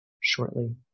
shortly